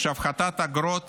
שהפחתת האגרות